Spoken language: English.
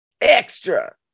extra